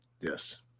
Yes